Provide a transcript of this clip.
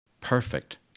Perfect